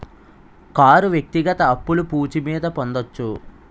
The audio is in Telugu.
కారు వ్యక్తిగత అప్పులు పూచి మీద పొందొచ్చు